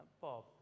Bob